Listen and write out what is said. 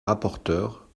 rapporteure